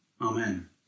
amen